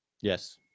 Yes